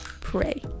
pray